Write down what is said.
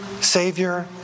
Savior